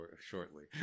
shortly